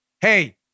hey